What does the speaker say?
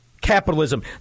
Capitalism